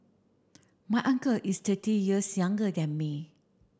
my uncle is thirty years younger than me